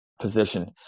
position